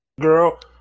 girl